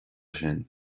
sin